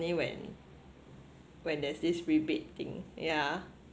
when when there's this rebate thing yeah